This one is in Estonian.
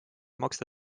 maksta